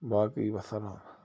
باقٕے وَسلام